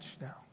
now